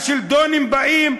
ה"שלדונים" באים.